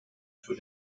für